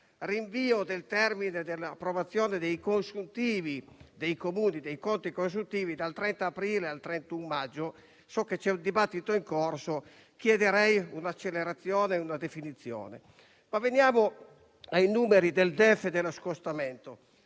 rinvio del termine dell'approvazione dei conti consuntivi dei Comuni dal 30 aprile al 31 maggio: so che c'è un dibattito in corso e chiederei un'accelerazione e una definizione. Ma veniamo ai numeri del Documento